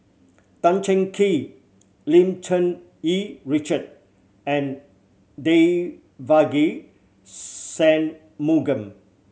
Tan Cheng Kee Lim Cherng Yih Richard and Devagi Sanmugam